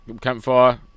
Campfire